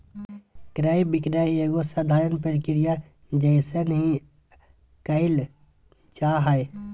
क्रय विक्रय एगो साधारण प्रक्रिया जइसन ही क़इल जा हइ